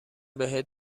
بهت